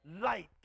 Light